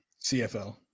CFL